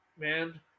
man